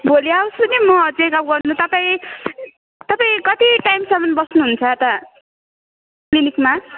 भोलि आउँछु नि म चेकअप गर्न तपाईँ तपाईँ कति टाइमसम्मन् बस्नुहुन्छ त क्लिनिकमा